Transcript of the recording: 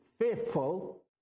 faithful